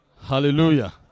Hallelujah